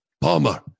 Palmer